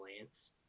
Lance